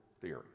theory